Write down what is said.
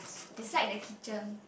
beside the kitchen